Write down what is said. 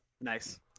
nice